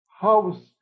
house